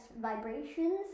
vibrations